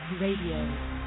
Radio